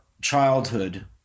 childhood